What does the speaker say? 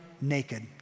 naked